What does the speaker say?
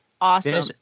awesome